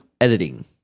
editing